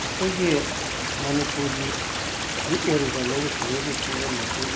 ꯑꯩꯈꯣꯏꯒꯤ ꯃꯅꯤꯄꯨꯔꯒꯤ ꯍꯧꯖꯤꯛ ꯑꯣꯏꯔꯤꯕ ꯂꯧꯎ ꯁꯤꯡꯎꯒꯤ ꯐꯤꯕꯝ ꯑꯁꯤ